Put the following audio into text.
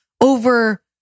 over